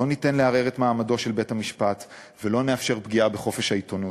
לא ניתן לערער את מעמדו של בית-המשפט ולא נאפשר פגיעה בחופש העיתונות.